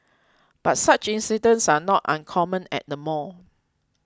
but such incidents are not uncommon at the mall